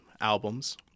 albums